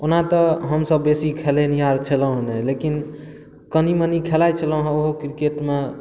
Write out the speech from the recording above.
ओना तऽ हमसभ बेसी खेलिनिहार छलहुँ हँ नहि कनि मनि खेलाइत छलहुँ हँ ओहो क्रिकेटमे